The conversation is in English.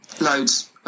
loads